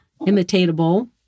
imitatable